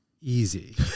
easy